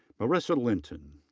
marisa linton.